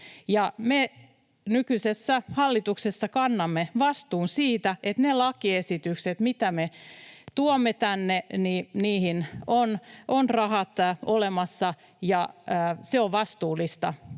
me nykyisessä hallituksessa kannamme vastuun siitä, että niihin lakiesityksiin, mitä me tuomme tänne, on rahat olemassa, ja se on vastuullista